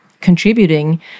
contributing